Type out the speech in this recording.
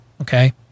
Okay